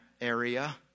area